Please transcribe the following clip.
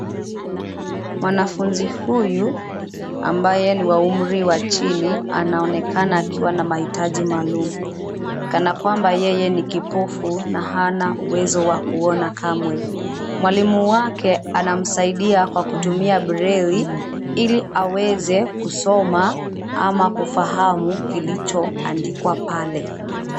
Mwanafunzi huyu ambaye ni wa umri wa chini, anaonekana akiwa na mahitaji maalum, kana kwamba yeye ni kipofu na hana uwezo wa kuona kamwe. Mwalimu wake anamsaidia kwa kutumia breli ili aweze kusoma ama kufahamu kilichoandikwa pale.